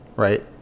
Right